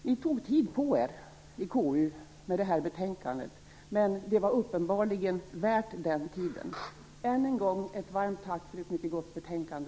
Ni tog tid på er i KU med det här betänkandet, men det var uppenbarligen värt den tiden. Än en gång ett varmt tack för ett mycket gott betänkande.